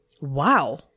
Wow